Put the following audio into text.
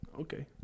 Okay